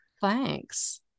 Thanks